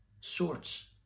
sorts